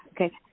Okay